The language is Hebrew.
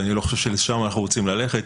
ואני לא חושב שלשם אנחנו רוצים ללכת,